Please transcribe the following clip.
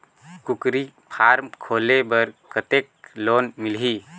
कूकरी फारम खोले बर कतेक लोन मिलही?